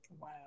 Wow